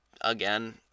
Again